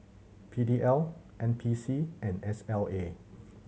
P D L N P C and S L A